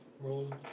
Roll